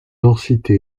densité